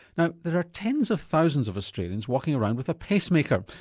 now there are tens of thousands of australians walking around with a pacemaker,